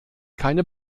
keine